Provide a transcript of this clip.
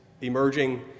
emerging